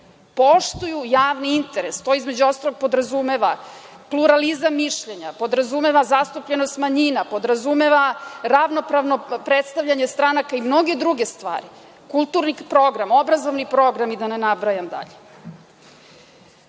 poštuju javni interes. To, između ostalog, podrazumeva pluralizam mišljenja, podrazumeva zastupljenost manjina, podrazumeva ravnopravno predstavljanje stranaka i mnoge druge stvari, kulturni program, obrazovni program i da ne nabrajam dalje. Ono